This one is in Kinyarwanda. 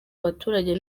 baturage